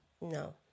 No